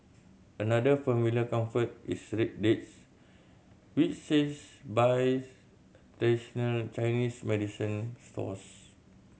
another familiar comfort is red dates which she's buys traditional Chinese medicine stores